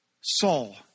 Saul